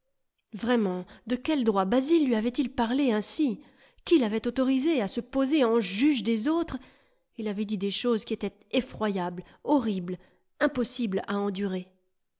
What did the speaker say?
vraiment de quel droit basil lui avait-il parlé ainsi qui l'avait autorisé à se poser en juge des autres il avait dit des choses qui étaient effroyables horribles impossibles à endurer